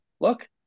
look